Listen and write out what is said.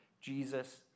Jesus